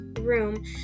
room